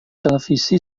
televisi